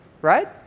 right